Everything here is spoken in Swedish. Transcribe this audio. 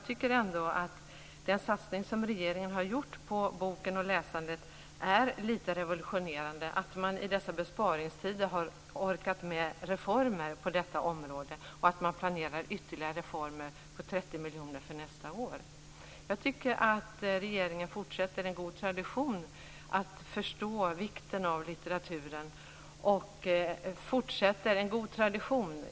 Den satsning som regeringen har gjort på boken och läsandet är revolutionerande, dvs. att man i dessa besparingstider har orkat med reformer på detta område och att man planerar ytterligare reformer på 30 miljoner kronor för nästa år. Regeringen fortsätter en god tradition att förstå vikten av litteraturen.